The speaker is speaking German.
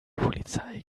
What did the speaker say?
polizei